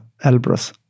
Elbrus